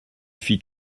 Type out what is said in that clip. fit